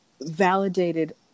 validated